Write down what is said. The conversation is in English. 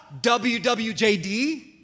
WWJD